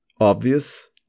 obvious